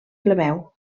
plebeu